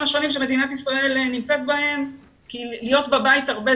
השונים שמדינת ישראל נמצאת בהם כי להיות בבית הרבה,